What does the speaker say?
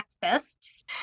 Breakfasts